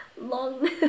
Long